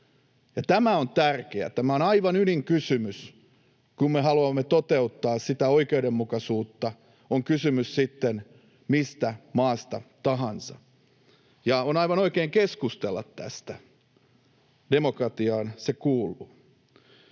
Tämä on tärkeää, tämä on aivan ydinkysymys, kun me haluamme toteuttaa sitä oikeudenmukaisuutta, on kysymys sitten mistä maasta tahansa. Ja on aivan oikein keskustella tästä, demokratiaan se kuuluu.